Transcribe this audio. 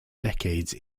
decades